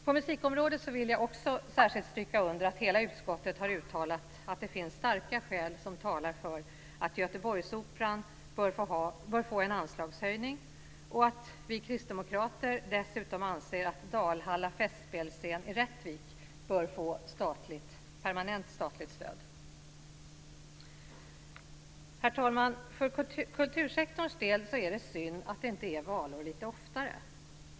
På musikområdet vill jag också särskilt stryka under att hela utskottet har uttalat att det finns starka skäl som talar för att Göteborgsoperan bör få en anslagshöjning och att vi kristdemokrater dessutom anser att Dalhalla festspelsscen i Rättvik bör få permanent statligt stöd. Herr talman! För kultursektorns del är det synd att det inte är valår lite oftare.